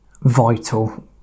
vital